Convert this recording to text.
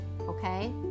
okay